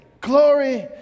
glory